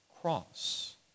cross